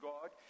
God